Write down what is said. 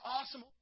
awesome